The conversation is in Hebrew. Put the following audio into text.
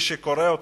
מי שקורא אותו,